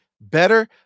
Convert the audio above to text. better